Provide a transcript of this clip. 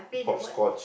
hopscotch